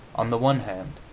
on the one hand,